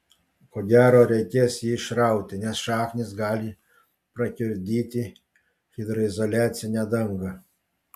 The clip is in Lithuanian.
ko gero reikės jį išrauti nes šaknys gali prakiurdyti hidroizoliacinę dangą